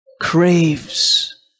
craves